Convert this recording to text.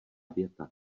věta